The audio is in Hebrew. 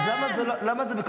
אז למה זה בקואליציוני?